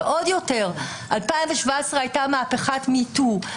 ועוד יותר, ב-2017 הייתה מהפכת MeToo.